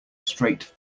straight